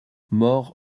mort